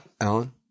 alan